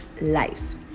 lives